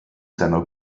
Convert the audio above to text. seiner